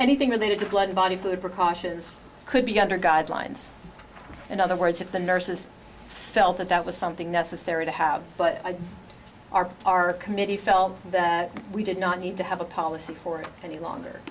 anything related to blood body fluid precautions could be under guidelines in other words if the nurses felt that that was something necessary to have but our our committee felt that we did not need to have a policy for any longer